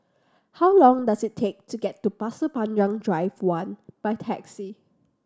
how long does it take to get to Pasir Panjang Drive One by taxi